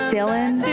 Dylan